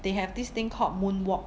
they have this thing called moon walk